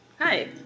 Hi